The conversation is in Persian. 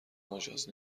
مجاز